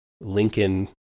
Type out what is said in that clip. Lincoln